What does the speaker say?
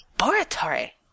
laboratory